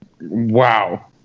Wow